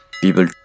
people